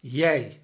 jij